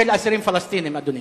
אדוני?